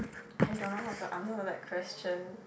I don't know how to answer that question